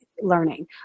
learning